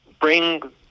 bring